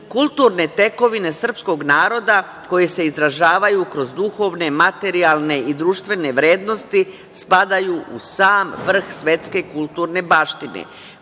Kulturne tekovine srpskog naroda koje se izražavaju kroz duhovne, materijalne i društvene vrednosti spadaju u sam vrh svetske kulturne baštine.